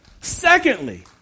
Secondly